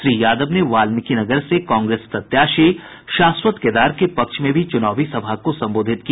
श्री यादव ने वाल्मीकिनगर से कांग्रेस प्रत्याशी शाश्वत केदार के पक्ष में भी चुनावी सभा को संबोधित किया